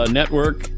network